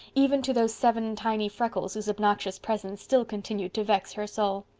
even to those seven tiny freckles whose obnoxious presence still continued to vex her soul.